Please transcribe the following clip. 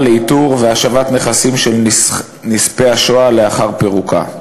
לאיתור והשבת נכסים של נספי השואה לאחר פירוקה.